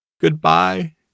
Goodbye